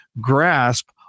grasp